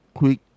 quick